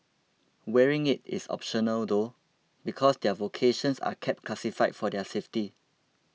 wearing it is optional though because their vocations are kept classified for their safety